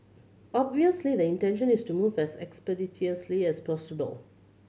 obviously the intention is to move as expeditiously as possible